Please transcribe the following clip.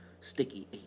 Sticky